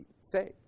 saved